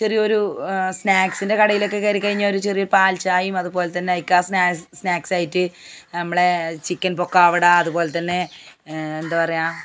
ചെറിയൊരു സ്നാക്സിൻ്റെ കടയിലൊക്കെ കയറിക്കഴിഞ്ഞാൽ ഒരു ചെറിയൊരു പാൽചായയും അതേപോലെ തന്നെ കഴിക്കാൻ സ്നാക്സായിട്ട് നമ്മളുടെ ചിക്കൻ പൊക്കാവട അതേപോലെ തന്നെ എന്താ പറയാ